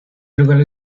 lenguaje